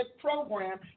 program